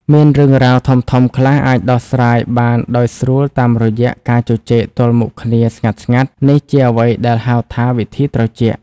មានរឿងរ៉ាវធំៗខ្លះអាចដោះស្រាយបានដោយស្រួលតាមរយៈការជជែកទល់មុខគ្នាស្ងាត់ៗ នេះជាអ្វីដែល ហៅថា វិធីត្រជាក់